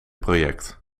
project